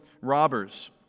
robbers